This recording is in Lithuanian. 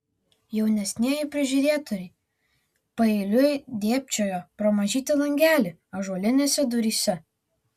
jaunesnieji prižiūrėtojai paeiliui dėbčiojo pro mažytį langelį ąžuolinėse duryse